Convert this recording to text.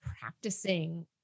practicing